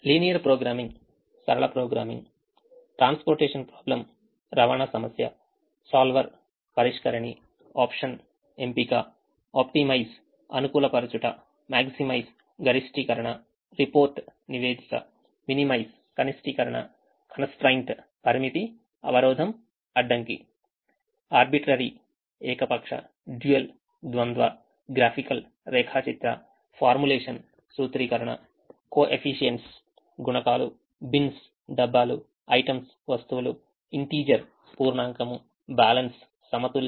మీకు చాలా కృతజ్ఞతలు